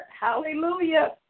Hallelujah